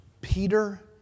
Peter